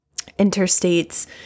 interstates